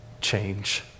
change